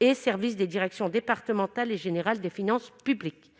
et services des directions départementales et générale des finances publiques,